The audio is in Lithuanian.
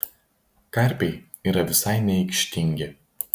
karpiai yra visai neaikštingi